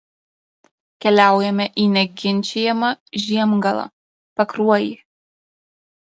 keliaujame į neginčijamą žiemgalą pakruojį